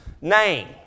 Name